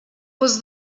was